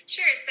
Sure